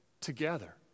together